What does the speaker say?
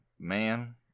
Man